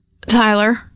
Tyler